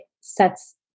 sets